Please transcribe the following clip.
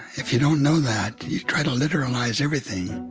if you don't know that, you try to literalize everything